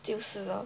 就是 lor